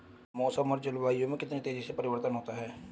मौसम और जलवायु में कितनी तेजी से परिवर्तन होता है?